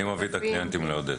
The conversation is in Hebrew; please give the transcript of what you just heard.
אני מביא את הקליינטים לעודד.